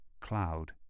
Cloud